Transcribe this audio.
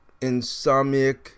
insomniac